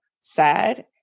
sad